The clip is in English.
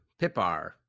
pipar